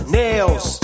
nails